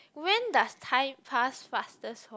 when does time past fastest for